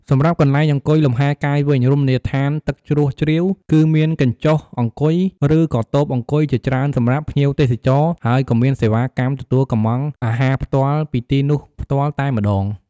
សម្រាប់កន្លែងអង្គុយលំហែរកាយវិញ រមណីយដ្ឋានទឹកជ្រោះជ្រាវ គឺមានកញ្ចុះអង្គុយ រឺក៏តូបអង្គុយជាច្រើនសម្រាប់ភ្ញៀវទេសចរ ហើយក៏មានសេវាកម្មទទួលកម្មង់អាហារផ្ទាល់ពីទីនោះផ្ទាល់តែម្តង។